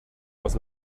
aus